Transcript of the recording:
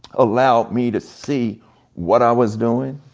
allowed me to see what i was doing,